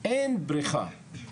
אין בריכה.